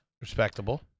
Respectable